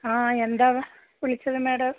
ആ എന്താണ് വിളിച്ചത് മാഡം